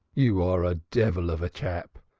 you are a devil of a chap,